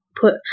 put